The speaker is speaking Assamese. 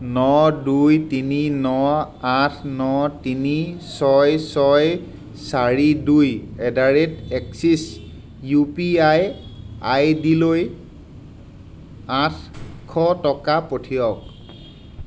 ন দুই তিনি ন আঠ ন তিনি ছয় ছয় চাৰি দুই at the rate axis U P I ID লৈ আঠশ টকা পঠিৱাওক